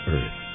Earth